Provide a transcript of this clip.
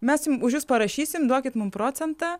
mes jum už jus parašysim duokit mums procentą